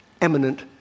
eminent